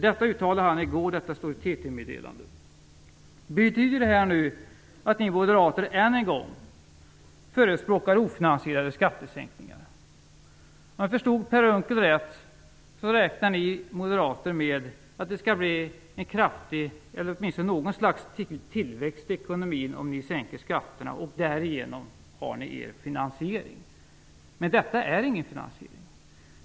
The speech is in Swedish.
Detta uttalade han i går. Det står i ett Betyder det att ni moderater än en gång förespråkar ofinansierade skattesänkningar? Om jag förstod Per Unckel rätt räknar ni moderater med att det skall bli en kraftig, eller åtminstone något slags, tillväxt i ekonomin om ni sänker skatterna. Därigenom har ni er finansiering. Men detta är ingen finansiering!